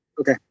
Okay